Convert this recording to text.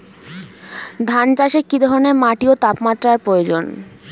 ধান চাষে কী ধরনের মাটি ও তাপমাত্রার প্রয়োজন?